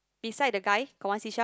beside the guy got one seashell